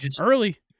early